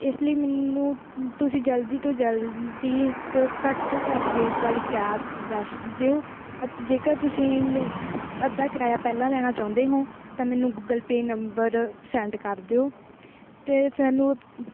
ਇਸ ਲਈ ਮੈਨੂੰ ਤੁਸੀਂ ਜਲਦੀ ਤੋਂ ਜਲਦੀ ਪ ਘੱਟ ਤੋਂ ਘੱਟ ਰੇਟ ਵਾਲੀ ਕੈਬ ਦੱਸ ਦਿਓ ਅਤੇ ਜੇਕਰ ਤੁਸੀਂ ਗ ਅੱਧਾ ਕਿਰਾਇਆ ਪਹਿਲਾਂ ਲੈਣਾ ਚਾਹੁੰਦੇ ਹੋ ਤਾਂ ਮੈਨੂੰ ਗੂਗਲ ਪੇਅ ਨੰਬਰ ਸੈਂਡ ਕਰ ਦਿਓ ਅਤੇ ਸਾਨੂੰ